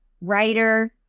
writer